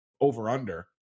over-under